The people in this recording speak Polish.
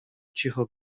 cicho